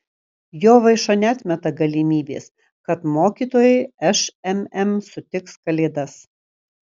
jovaiša neatmeta galimybės kad mokytojai šmm sutiks kalėdas